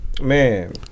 Man